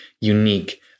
unique